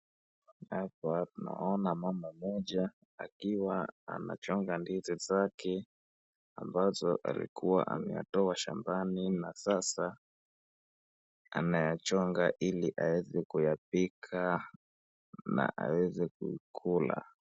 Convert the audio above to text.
Hapa naona mama mmoja akiwa anachonga ndizi zake ambazo alikuwa ameyatoa shambani na sasa anayachonga ili aeze kuyapika na aweze kuikula.